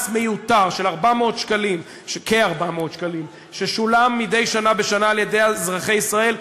מס מיותר של כ-400 שקלים ששולם מדי שנה בשנה על-ידי אזרחי ישראל,